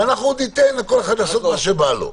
ואנחנו עוד ניתן לכל אחד לעשות מה שבא לו.